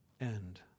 end